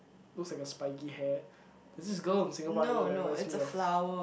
looks like a spiky hair there's this girl in Singapore Idol that reminds me of